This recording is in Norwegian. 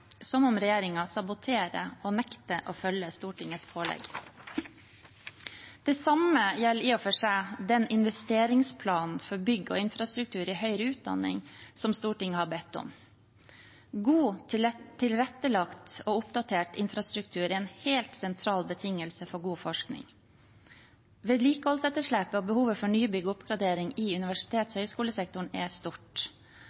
som om regjeringen saboterer og nekter å følge opp Stortingets pålegg. Det samme gjelder i og for seg investeringsplanen for bygg og infrastruktur i høyere utdanning, som Stortinget har bedt om. God, tilrettelagt og oppdatert infrastruktur er en helt sentral betingelse for god forskning. Vedlikeholdsetterslepet og behovet for nybygg og oppgradering i universitets-